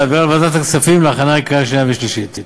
להעבירה לוועדת הכספים להכנה לקריאה שנייה ושלישית.